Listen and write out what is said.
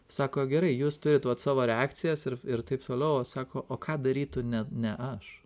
sako gerai jūs turit vat savo reakcijas ir ir taip toliau sako o ką darytų ne ne aš